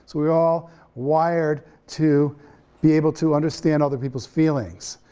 so we're all wired to be able to understand other people's feelings.